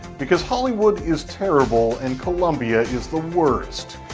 because hollywood is terrible, and columbia is the worst.